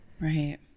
Right